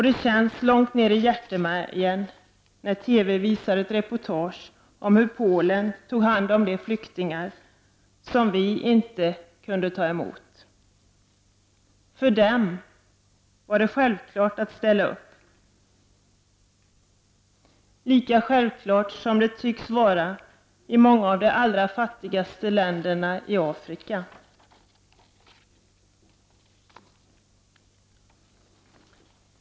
Det kändes långt ner i hjärteroten när TV visade ett reportage om hur Polen tog hand om de flyktingar som Sverige inte kunde ta emot. För dem var det självklart att ställa upp, lika självklart som det tycks vara i många av de allra fattigaste länderna i Afrika.